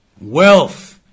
wealth